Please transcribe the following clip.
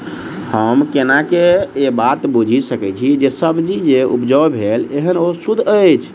हम केना ए बात बुझी सकैत छी जे सब्जी जे उपजाउ भेल एहन ओ सुद्ध अछि?